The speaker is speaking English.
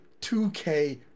2K